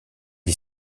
est